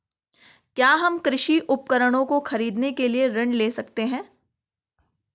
क्या हम कृषि उपकरणों को खरीदने के लिए ऋण ले सकते हैं?